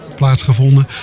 plaatsgevonden